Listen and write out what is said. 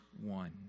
one